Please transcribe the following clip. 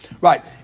Right